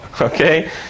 okay